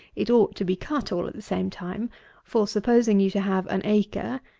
it ought to be cut all at the same time for supposing you to have an acre,